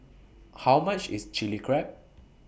How much IS Chilli Crab